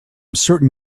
certain